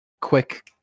quick